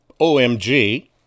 omg